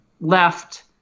left